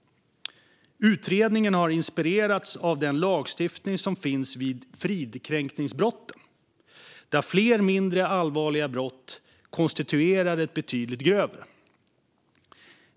Utredningen har inspirerats av den lagstiftning som finns för fridskränkningsbrotten där flera mindre allvarliga brott konstituerar ett betydligt grövre.